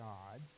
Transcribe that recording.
God